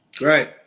Right